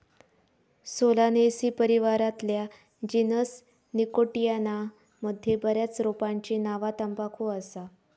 Solanaceae परिवारातल्या genus Nicotiana मध्ये बऱ्याच रोपांची नावा तंबाखू असा